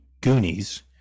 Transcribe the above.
Goonies